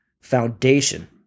foundation